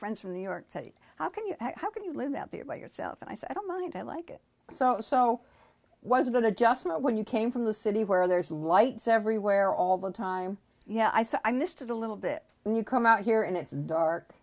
friends from new york city how can you how can you live out there by yourself and i said i don't mind i like it so so i was going to just know when you came from the city where there's lights everywhere all the time yeah i so i missed it a little bit when you come out here and it's